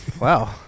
wow